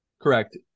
Correct